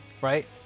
right